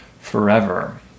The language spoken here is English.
forever